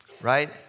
right